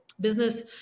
business